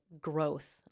growth